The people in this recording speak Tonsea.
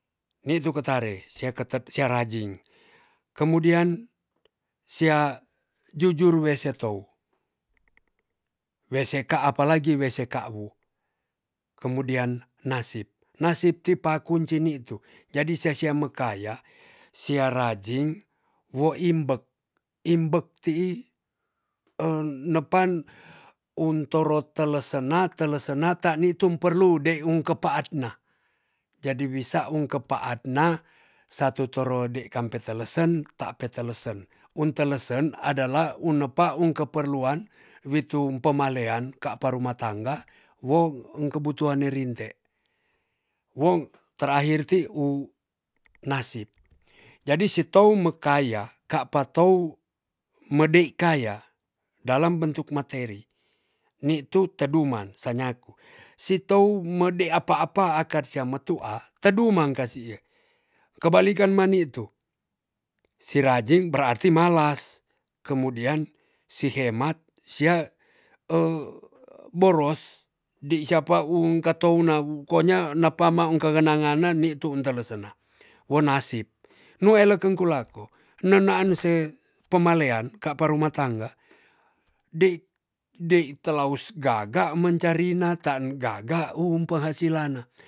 Nitu ketare sia ketet sia rajing. kemudian sia jujur we setou wea seka apa lagi we sekawu kemudian nasib. nasib ti pakunci nitu jadi sia sia mekaya sia rajing wo imbek imbek tii nepan un toro telesena telesena ta nitum perlu deung kepaat na jadi wi saung kepaat na satu torode kampe telesen tape telesen un telesen adalah unepa ung keperluan witum pemalean kapa rumah tangga wo ung kebutuhan nerinte wong terahir ti u nasib jadi sitou mekaya kapa tou medei kaya dalam bentuk materi nitu teduman sa nyaku sitou mede apa apa akad siame tua tedu mang kasie kebalikan ma nitu si rajing berati malas kemudian si hemat sia boros di sia pa ung katou na konya napa maung kegena ngana nitu un telesena wo nasib nu eleken ku lako nenaan se pemalean kapa ruma tangga dei dei telaus gaga mencari natan gaga um penghasilan.